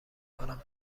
کنم